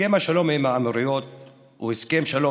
הסכם השלום עם האמירויות הוא הסכם שלום